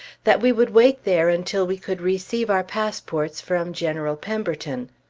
that we would wait there until we could receive our passports from general pemberton.